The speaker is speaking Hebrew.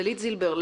דלית זילבר,